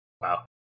Wow